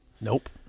Nope